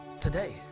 Today